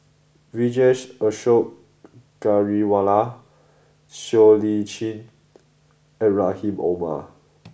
Vijesh Ashok Ghariwala Siow Lee Chin and Rahim Omar